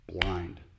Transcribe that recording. blind